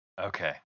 Okay